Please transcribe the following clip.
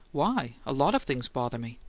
why? a lot of things bother me.